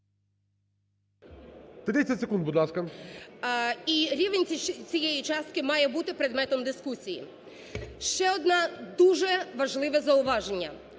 30 секунд, будь ласка. ПОДОЛЯК І.І. І рівень цієї частки має бути предметом дискусії. Ще одне дуже важливе зауваження.